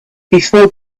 before